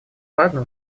ладно